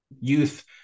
youth